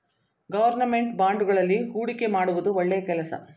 government ಬಾಂಡುಗಳಲ್ಲಿ ಹೂಡಿಕೆ ಮಾಡುವುದು ಒಳ್ಳೆಯ ಕೆಲಸ